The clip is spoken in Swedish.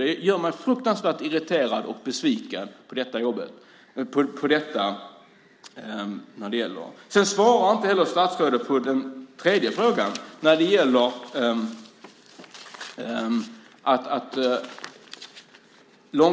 Det gör mig fruktansvärt irriterad och besviken.